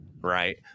right